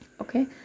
okay